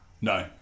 No